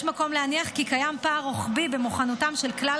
יש מקום להניח כי קיים פער רוחבי במוכנותם של כלל